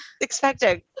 expecting